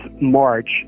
March